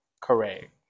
Correct